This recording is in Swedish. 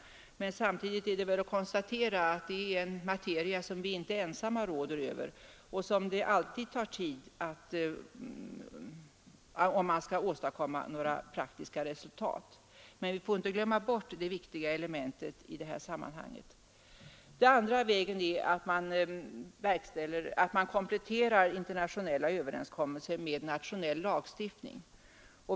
Samtidigt är det att konstatera att detta är en materia som vi inte ensamma råder över och där det alltid tar tid, om man skall åstadkomma några praktiska resultat. Men vi får inte glömma bort detta viktiga element i det här sammanhanget. Det andra är att man kompletterar internationella överenskommelser med nationell lagstiftning.